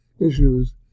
Issues